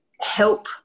help